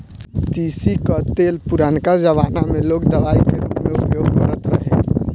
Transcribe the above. तीसी कअ तेल पुरनका जमाना में लोग दवाई के रूप में उपयोग करत रहे